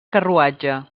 carruatge